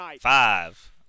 Five